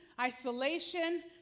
isolation